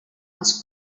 els